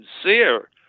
sincere